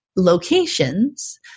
locations